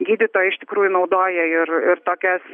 gydytojai iš tikrųjų naudoja ir ir tokias